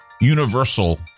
universal